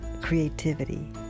creativity